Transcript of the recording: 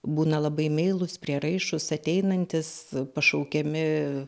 būna labai meilūs prieraišūs ateinantys pašaukiami